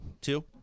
Two